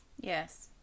Yes